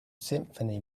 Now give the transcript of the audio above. symphony